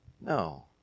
No